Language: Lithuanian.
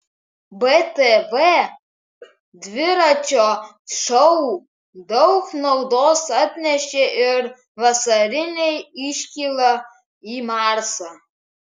btv dviračio šou daug naudos atnešė ir vasarinė iškyla į marsą